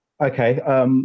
Okay